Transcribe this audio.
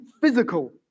physical